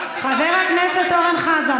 חבר הכנסת אורן חזן,